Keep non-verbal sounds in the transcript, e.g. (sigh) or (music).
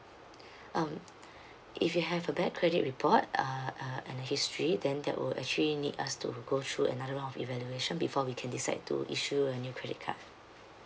(breath) um if you have a bad credit report uh uh in the history then that will actually need us to go through another round of evaluation before we can decide to issue a new credit card